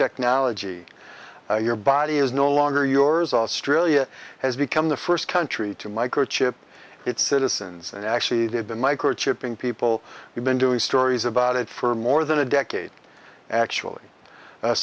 technology your body is no longer yours australia has become the first country to microchip its citizens and actually they've been microchip in people who've been doing stories about it for more than a decade actually a